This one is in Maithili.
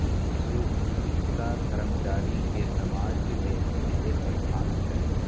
पशु चिकित्सा कर्मचारी के समाज में बिशेष स्थान छै